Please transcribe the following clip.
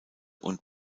und